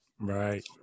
Right